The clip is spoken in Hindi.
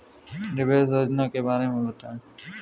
निवेश योजना के बारे में बताएँ?